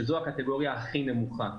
שזו הקטגוריה הכי נמוכה.